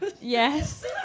yes